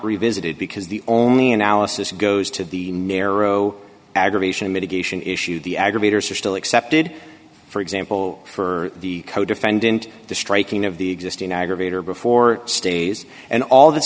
revisited because the only analysis goes to the narrow aggravation mitigation issue the aggravators are still excepted for example for the codefendant the striking of the existing aggravator before stays and all th